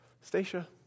Stacia